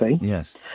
Yes